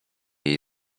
jej